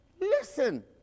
listen